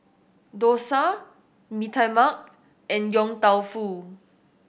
dosa Mee Tai Mak and Yong Tau Foo